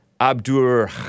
abdur